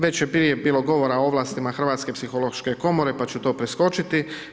Već je prije bilo govora o ovlastima Hrvatske psihološke komore, pa ću to preskočiti.